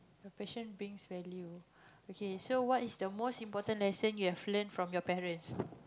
my passion brings value okay so what is the most important lesson you have learnt from your parents